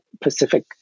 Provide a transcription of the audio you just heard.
Pacific